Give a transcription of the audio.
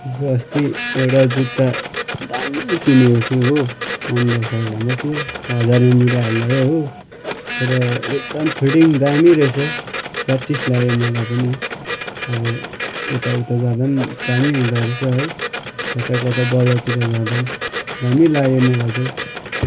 हिजो अस्ति एउटा जुत्ता दामी किनेको थिएँ हो पन्ध्र सौ भन्दै थियो हजारमा मिलाएर ल्याएँ हो र एकदम फिटिङ दामी रहेछ स्याट्टिस लाग्यो मलाई पनि अब यता उता जाँदा पनि दामी हुँदा रहेछ है कता कता बजारतिर जाँदा पनि दामी लाग्यो मलाई चाहिँ